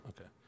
okay